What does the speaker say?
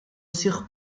сих